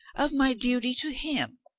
of my duty to him.